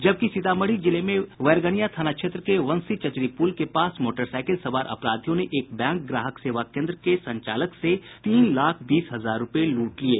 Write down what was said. जबकि सीतामढ़ी जिले में बैरगनिया थाना क्षेत्र के वंशी चचरीपूल के पास मोटरसाईकिल सवार अपराधियों ने एक बैंक ग्राहक सेवा केन्द्र के संचालक से तीन लाख बीस हजार रूपये लूट लिये